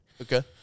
Okay